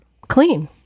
clean